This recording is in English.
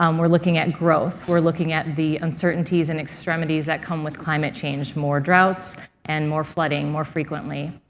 um we're looking at growth. we're looking at the uncertainties and extremities that come with climate change, more droughts and more flooding more frequently.